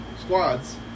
squads